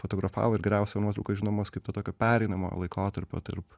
fotografavo ir geriausia nuotrauka žinomas kaip to tokio pereinamojo laikotarpio tarp